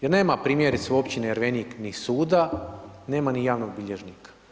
Jer nema primjerice u općini Jervenik ni suda, nema ni javnog bilježnika.